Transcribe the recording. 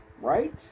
right